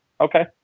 Okay